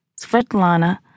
Svetlana